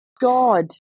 God